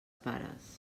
pares